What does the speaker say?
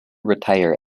retire